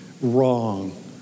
wrong